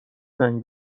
زنگ